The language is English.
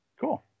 Cool